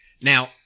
Now